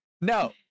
No